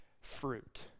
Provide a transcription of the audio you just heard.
fruit